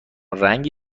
رنگی